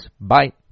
Bye